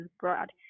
broad